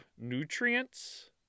nutrients